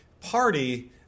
Party